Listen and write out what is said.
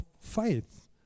faith